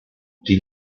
die